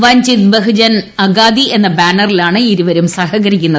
വഞ്ചിത് ബഹുജൻ അഗാദ്യി എന്ന ബാനറിലാണ് ഇതുവരും സഹകരിക്കുന്നത്